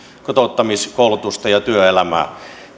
kotouttamiskoulutusta ja työelämää